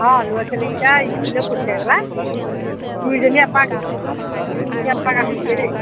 অঁ ল'ৰা ছোৱালীকিটা স্কুললৈ পঠিয়াই পেলাই দুইজনী এপাক দুইজনী এপাক আহিমগৈ দেই